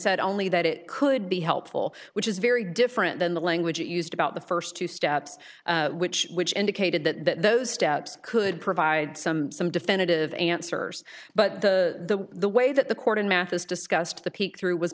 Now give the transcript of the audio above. said only that it could be helpful which is very different than the language used about the first two steps which which indicated that those steps could provide some some definitive answers but the the way that the court in math is discussed the peek through was